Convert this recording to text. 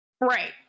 Right